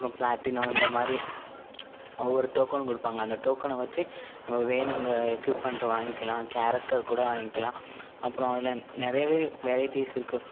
அப்புறம் பிளாட்டினம் இந்த மாதிரி ஒவ்வொரு டோக்கன் கொடுப்பாங்க அந்த டோக்கனை வச்சு நம்ம வேணுங்கிற எக்யூப்மெண்ட் வாங்கிக்கலாம் கேரக்டர் கூட வாங்கிக்கலாம் அப்புறம் அதில் நிறையவே வெரைட்டீஸ் இருக்கு